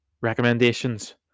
recommendations